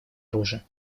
оружия